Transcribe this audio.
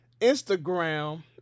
Instagram